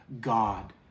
God